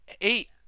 Eight